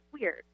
weird